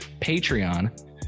Patreon